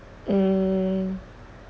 mm